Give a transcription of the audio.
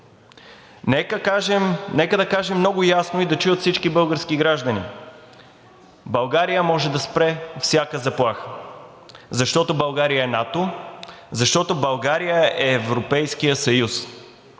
Нека да кажем много ясно и да чуят всички български граждани: България може да спре всяка заплаха, защото България е НАТО, защото България е Европейският съюз,